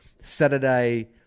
Saturday